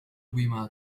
بما